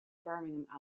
birmingham